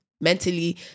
mentally